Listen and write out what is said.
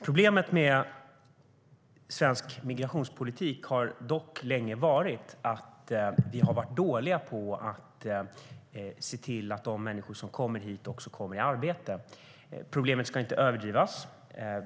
Problemet med svensk migrationspolitik har dock länge varit att vi har varit dåliga på att se till att de människor som kommer hit också kommer i arbete. Problemet ska inte överdrivas.